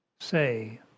Say